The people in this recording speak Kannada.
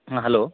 ಹಾಂ ಹಲೋ